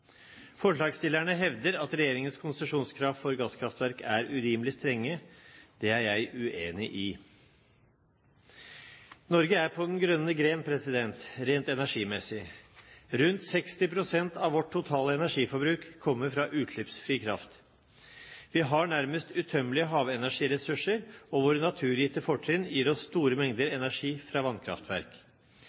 Forslagsstillerne hevder at regjeringens konsesjonskrav for gasskraftverk er urimelig strenge. Det er jeg uenig i. Norge er på den grønne gren rent energimessig. Rundt 60 pst. av vårt totale energiforbruk kommer fra utslippsfri kraft. Vi har nærmest utømmelige havenergiressurser, og våre naturgitte fortrinn gir oss store mengder energi fra vannkraftverk.